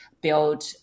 build